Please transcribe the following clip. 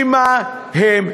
ממה הם מפחדים?